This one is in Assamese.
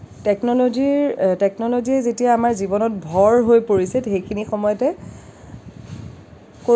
টেকন'ল'জীৰ টেকন'ল'জী যেতিয়া আমাৰ জীৱনত ভৰ হৈ পৰিছে সেইখিনি সময়তে